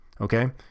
okay